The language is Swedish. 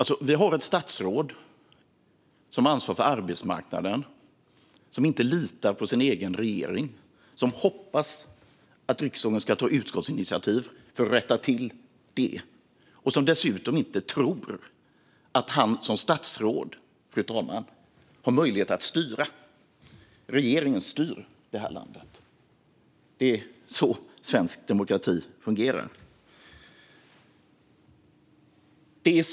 Vi har alltså ett statsråd med ansvar för arbetsmarknaden som inte litar på sin egen regering, som hoppas att riksdagen ska ta utskottsinitiativ för att rätta till det och som dessutom inte tror att han som statsråd har möjlighet att styra. Regeringen styr det här landet. Det är så svensk demokrati fungerar.